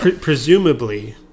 Presumably